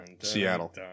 Seattle